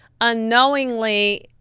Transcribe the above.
unknowingly